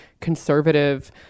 conservative